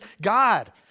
God